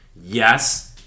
Yes